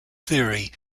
theory